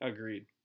Agreed